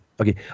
Okay